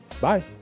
Bye